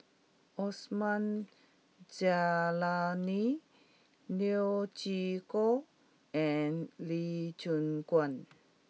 Osman Zailani Neo Chwee Kok and Lee Choon Guan